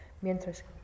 mientras